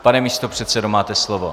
Pane místopředsedo, máte slovo.